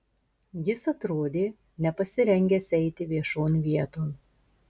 jis atrodė nepasirengęs eiti viešon vieton